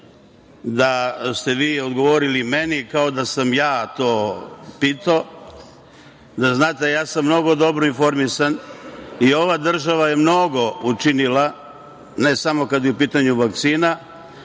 da ste vi odgovorili meni kao da sam ja to pitao. Da znate, ja sam mnogo dobro informisan i ova država je mnogo učinila, ne samo kada je u pitanju vakcina,